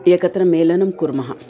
एकत्र मेलनं कुर्मः